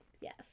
Yes